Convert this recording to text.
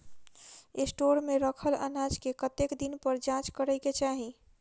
Store मे रखल अनाज केँ कतेक दिन पर जाँच करै केँ चाहि?